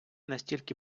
настільки